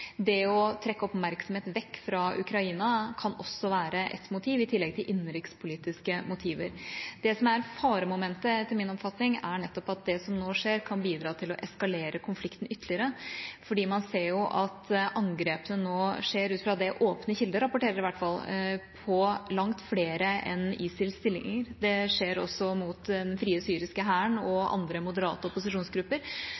Det å trekke oppmerksomhet vekk fra Ukraina kan også være et motiv i tillegg til innenrikspolitiske motiver. Det som er faremomentet etter min oppfatning er nettopp at det som nå skjer, kan bidra til å eskalere konflikten ytterligere fordi man ser at angrepene nå skjer – ut fra det åpne kilder rapporterer, i hvert fall – på langt flere enn ISILs stillinger. Det skjer også mot Den frie syriske hær og andre moderate opposisjonsgrupper,